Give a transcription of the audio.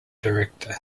director